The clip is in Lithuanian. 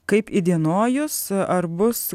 kaip įdienojus ar bus